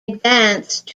advanced